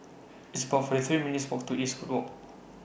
It's about forty three minutes' Walk to Eastwood Walk